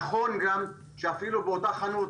נכון גם שאפילו באותה חנות,